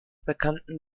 bekannten